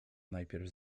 najpierw